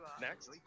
Next